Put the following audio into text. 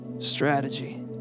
strategy